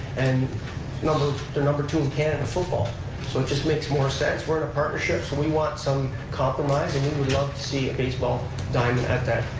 and they're number two in canada football so it just makes more sense. we're in a partnership, so we want some compromise, and we would love to see a baseball diamond at that